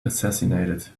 assassinated